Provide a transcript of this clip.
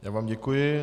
Já vám děkuji.